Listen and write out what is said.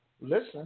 Listen